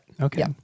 Okay